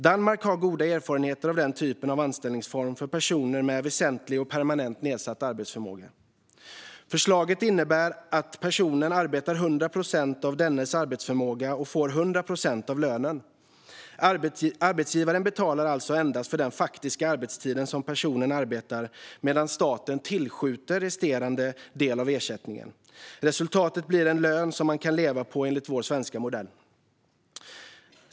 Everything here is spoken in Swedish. Danmark har goda erfarenheter av den typen av anställningsform för personer med väsentlig och permanent nedsatt arbetsförmåga. Förslaget innebär att personen arbetar med 100 procent av sin arbetsförmåga och får 100 procent av lönen. Arbetsgivaren betalar endast för den faktiska tid som personen arbetar, medan staten tillskjuter resterande del av ersättningen. Resultatet blir en lön som man kan leva på enligt vår svenska modell.